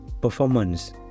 performance